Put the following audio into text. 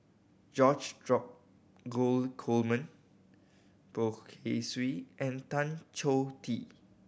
George drop gold Coleman Poh Kay Swee and Tan Choh Tee